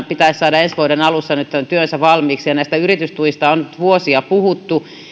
pitäisi saada ensi vuoden alussa tämä työnsä valmiiksi ja näistä yritystuista on nyt vuosia puhuttu